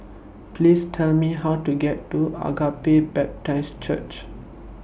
Please Tell Me How to get to Agape Baptist Church